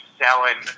selling